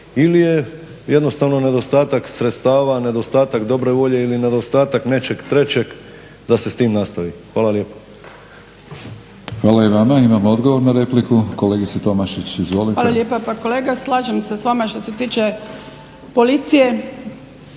ili je jednostavno nedostatak sredstava, nedostatak dobre volje ili nedostatak nečeg trećeg da se s tim nastavi. Hvala lijepo. **Batinić, Milorad (HNS)** Hvala i vama. Imamo odgovor na repliku. Kolegice Tomašić izvolite. **Tomašić, Ruža (HSP AS)** Hvala lijepa. Pa kolega, slažem se s vama što se tiče policije,